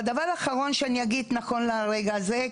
ודבר אחרון שאני אגיד נכון לרגע הזה,